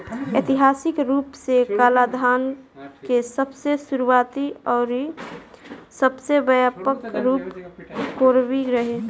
ऐतिहासिक रूप से कालाधान के सबसे शुरुआती अउरी सबसे व्यापक रूप कोरवी रहे